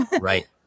Right